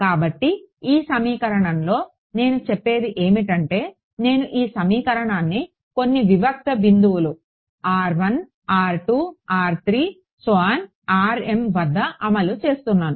కాబట్టి ఈ సమీకరణంతో నేను చెప్పేది ఏమిటంటే నేను ఈ సమీకరణాన్ని కొన్ని వివిక్త బిందువులు వద్ద అమలు చేస్తున్నాను